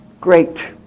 great